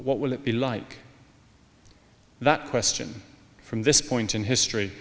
what will it be like that question from this point in history